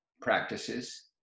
practices